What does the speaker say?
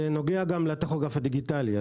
זה נוגע גם לטכוגרף הדיגיטלי.